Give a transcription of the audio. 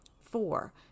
Four